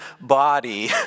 body